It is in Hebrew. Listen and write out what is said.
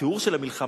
שהתיאור של המלחמה